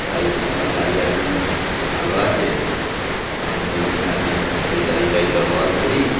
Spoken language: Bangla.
তাই আমার গাড়ি এখনও ভালো আছে আমি ওই জন্য এখন ওই গাড়িটাই ব্যবহার করি